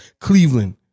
Cleveland